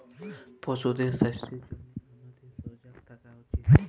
পশুদের স্বাস্থ্যের জনহে হামাদের সজাগ থাকা উচিত